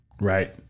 Right